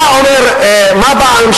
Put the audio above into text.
מה באה ואומרת הממשלה?